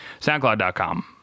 SoundCloud.com